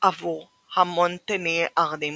עבור המונטניארדים.